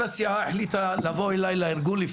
כל הסיעה החליטה לבוא אליי לארגון,